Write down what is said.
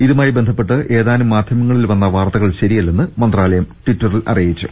ഇതുമായി ബന്ധപ്പെട്ട് ഏതാനും മാധ്യമ ങ്ങളിൽവന്ന വാർത്തകൾ ശരിയല്ലെന്ന് മന്ത്രാലയം ടിറ്ററിൽ അറിയിച്ചു